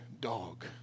dog